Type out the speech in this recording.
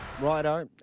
Righto